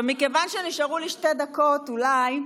מכיוון שנשארו לי שתי דקות, אולי,